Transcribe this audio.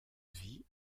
vie